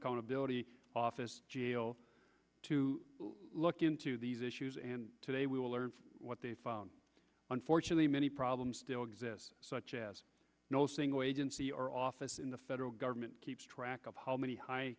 accountability office to look into these issues and today we will learn what they found unfortunately many problems still exist no single agency or office in the federal government keeps track of how many